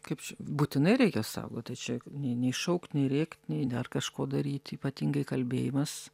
kaip čia būtinai reikia saugot tai čia nei nei šaukt nei rėkt nei dar kažko daryt ypatingai kalbėjimas